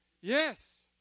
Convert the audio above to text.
Yes